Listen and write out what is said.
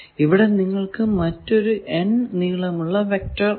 ഇവിടെ നിങ്ങൾക്കു മറ്റൊരു N നീളമുള്ള വെക്റ്റർ ഉണ്ട്